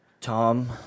Tom